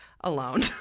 alone